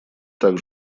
так